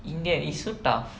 india is so tough